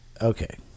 Okay